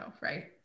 right